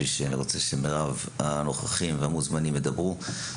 כי אני רוצה שמרב הנוכחים והמוזמנים ידברו.